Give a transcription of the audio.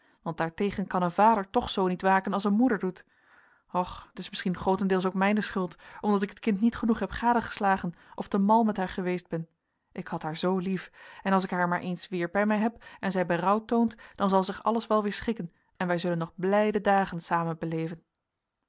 want daartegen kan een vader toch zoo niet waken als een moeder doet och het is misschien grootendeels ook mijne schuld omdat ik het kind niet genoeg heb gadegeslagen of te mal met haar geweest ben ik had haar zoo lief en als ik haar maar eens weer bij mij heb en zij berouw toont dan zal zich alles wel weer schikken en wij zullen nog blijde dagen samen beleven